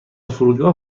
فرودگاه